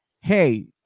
hey